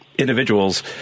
Individuals